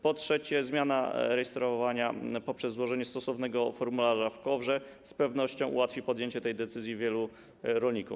Po trzecie, zmiana rejestrowania - poprzez złożenie stosownego formularza w KOWR - z pewnością ułatwi podjęcie tej decyzji wielu rolnikom.